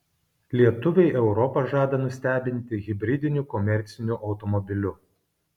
lietuviai europą žada nustebinti hibridiniu komerciniu automobiliu